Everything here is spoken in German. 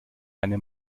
eine